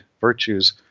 virtues